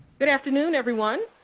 good afternoon, everyone.